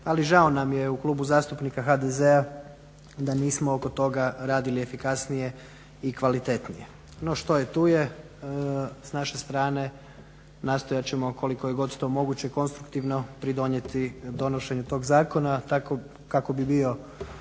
ali žao nam je u Klubu zastupnika HDZ-a da nismo oko toga radili efikasnije i kvalitetnije. No što je tu je s naše strane nastojat ćemo koliko god je to moguće konstruktivno pridonijeti donošenju toga zakona kako bi bio